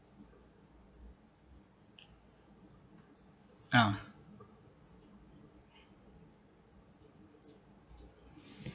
uh